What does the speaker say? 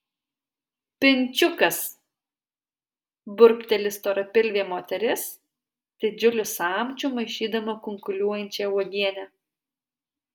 pinčiukas burbteli storapilvė moteris didžiuliu samčiu maišydama kunkuliuojančią uogienę